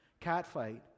Catfight